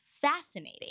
fascinating